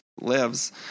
lives